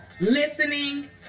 listening